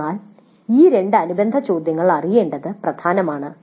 അതിനാൽ ഈ രണ്ട് അനുബന്ധ ചോദ്യങ്ങൾ അറിയേണ്ടത് പ്രധാനമാണ്